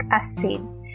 acids